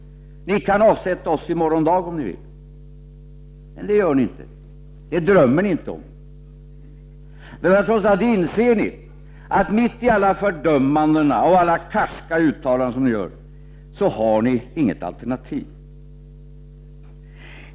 Ni kan avsätta oss i morgon dag om ni så vill. Men det gör ni inte. Det drömmer ni inte om. Ni inser att ni trots alla fördömanden och karska uttalanden inte har något alternativ.